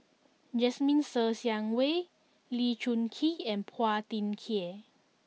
Jasmine Ser Xiang Wei Lee Choon Kee and Phua Thin Kiay